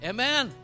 Amen